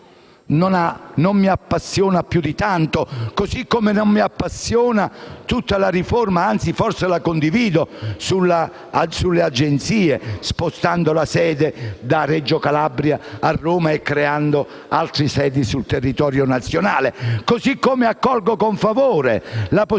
Non mi appassiona più di tanto. Così come non mi appassiona la riforma, che anzi forse condivido, sulle agenzie, spostando la sede da Reggio Calabria a Roma e creando altre sedi sul territorio nazionale. Allo stesso modo accolgo con favore la possibilità